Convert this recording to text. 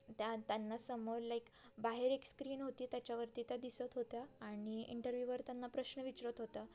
त्या त्यांना समोर लाईक बाहेर एक स्क्रीन होती त्याच्यावरती त्या दिसत होत्या आणि इंटरव्ह्यूवर त्यांना प्रश्न विचारत होता